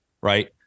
right